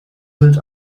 wird